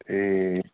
ए